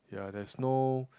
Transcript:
ya there's no